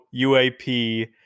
UAP